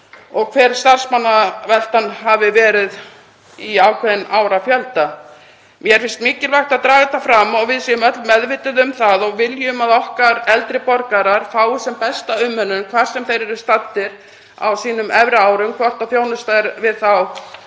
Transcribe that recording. og hver starfsmannaveltan hafi verið í ákveðinn árafjölda. Mér finnst mikilvægt að draga þetta fram og að við séum öll meðvituð um það og viljum að okkar eldri borgarar fái sem besta umönnun, hvar sem þeir eru staddir á sínum efri árum, hvort þjónustan er við þá